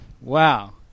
Wow